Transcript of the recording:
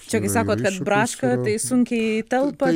čia kai sakot kad braška tai sunkiai telpa